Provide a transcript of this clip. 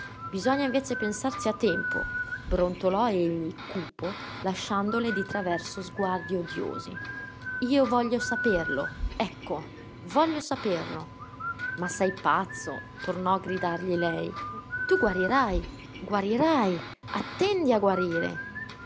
bisogna invece pensarci a tempo brontolò egli cupo lanciandole di traverso sguardi odiosi io voglio saperlo ecco voglio saperlo ma sei pazzo tornò a gridargli lei tu guarirai guarirai attendi a guarire